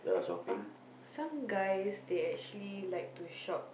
oh some guys they actually like to shop